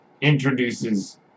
introduces